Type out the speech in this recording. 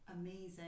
amazing